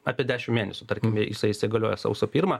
apie dešim mėnesių tarkime jisai įsigaliojo sausio pirmą